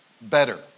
better